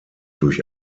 durch